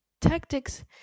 tactics